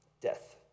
death